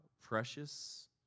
precious